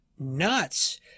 Nuts